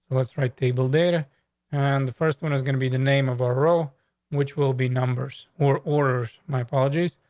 what's right? table data on and the first one is gonna be the name of a row which will be numbers or orders. my apologies.